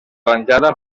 arranjada